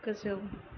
गोजौ